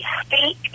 speak